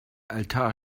altar